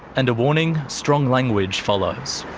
and a warning strong language follows.